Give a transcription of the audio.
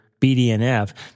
BDNF